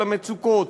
על המצוקות,